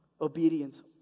obedience